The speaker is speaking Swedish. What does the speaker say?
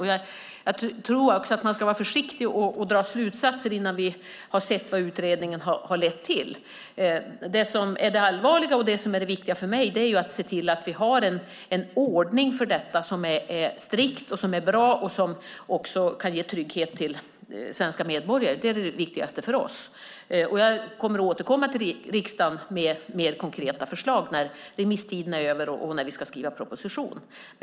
Dessutom tror jag att vi ska vara försiktiga med att dra slutsatser innan vi sett vad utredningen kommer fram till. Det allvarliga, och det för mig viktiga, är att se till att vi har en ordning för detta som är strikt och bra och kan ge trygghet för svenska medborgare. Det är det viktigaste för oss. Jag kommer att återkomma till riksdagen med mer konkreta förslag när remisstiden gått ut och vi ska skriva proposition.